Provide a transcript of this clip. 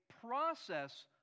process